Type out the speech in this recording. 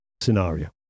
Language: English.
scenario